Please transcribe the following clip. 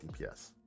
DPS